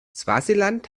swasiland